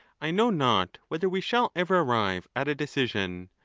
i know not whether we shall ever arrive at a decision,